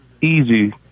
easy